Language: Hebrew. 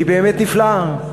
היא באמת נפלאה,